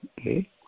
Okay